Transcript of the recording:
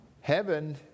heaven